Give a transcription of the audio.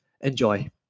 Enjoy